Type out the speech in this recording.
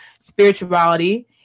spirituality